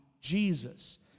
Jesus